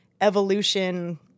evolution